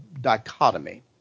dichotomy